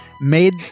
made